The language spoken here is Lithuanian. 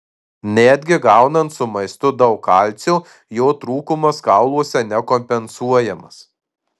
netgi gaunant su maistu daug kalcio jo trūkumas kauluose nekompensuojamas